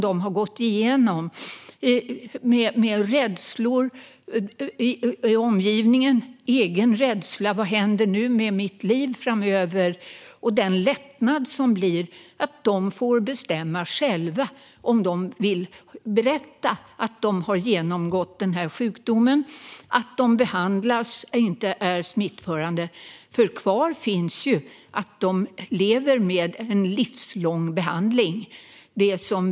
De har gått igenom en resa med rädsla hos omgivningen och egen rädsla för vad som ska ske med deras liv framöver. För dem blir det nu en lättnad att själva få bestämma om de ska berätta att de har genomgått den här sjukdomen och att de behandlas och inte är smittförande. Kvar finns ju att de lever med en livslång behandling.